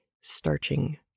starching